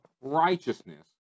righteousness